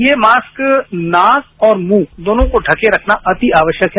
ये मास्क नाक और मुंह दोनों को ढ़के रखना अति आवश्यक है